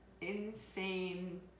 Insane